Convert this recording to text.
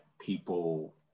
people